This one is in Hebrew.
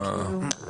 כמה פעילים?